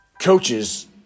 coaches